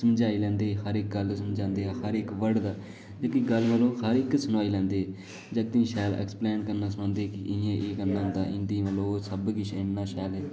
समझाई लैंदे हे हर इक गल्ल समझांदे हे हर इक बर्ड दा इक इक गल्ल मतलब हर इक सनाई लैंदे हे जागतै गी शैल एक्सपलेन कन्नै सखांदे हे इ'यां एह् करना होंदा इं'दी मतलब सब किश शैल इन्ना मतलब